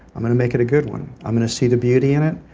i'm going to make it a good one. i'm going to see the beauty in it.